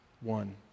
one